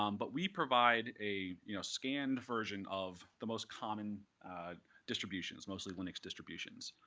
um but we provide a you know scanned version of the most common distributions, mostly linux distributions.